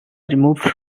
removed